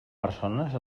persones